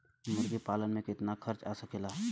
मुर्गी पालन में कितना खर्च आ सकेला?